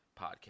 podcast